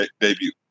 debut